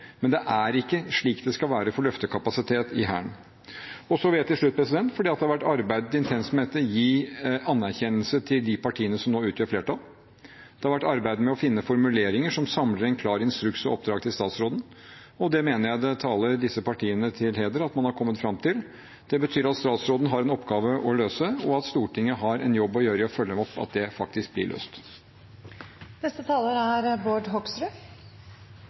men det er ikke slik det skal være for løftekapasiteten i Hæren. Så vil jeg til slutt, fordi det har vært arbeidet intenst med dette, gi anerkjennelse til de partiene som nå utgjør flertall. Det har vært arbeidet med å finne formuleringer som samler en klar instruks og et klart oppdrag til statsråden, og det mener jeg taler disse partiene til heder at man har kommet fram til. Det betyr at statsråden har en oppgave å løse, og at Stortinget har en jobb å gjøre med å følge opp at det faktisk blir